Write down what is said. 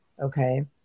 Okay